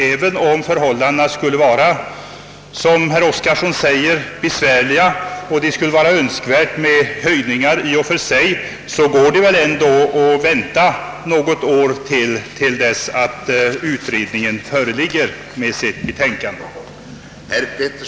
även om förhållandena är så besvärliga som herr Oskarson säger och ytterligare höjningar i och för sig skulle vara önskvärda, så går det väl ändå att vänta ytterligare något år till dess att utredningens betänkande föreligger.